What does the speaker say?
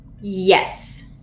Yes